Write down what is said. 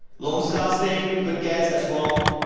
lone star state? good guess. that's wrong.